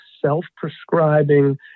self-prescribing